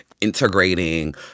integrating